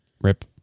Rip